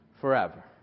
forever